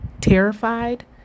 terrified